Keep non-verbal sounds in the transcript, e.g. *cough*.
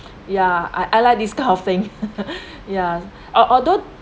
ya I I like this kind of thing *laughs* ya al~although